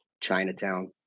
Chinatown